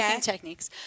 techniques